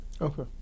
Okay